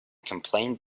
complained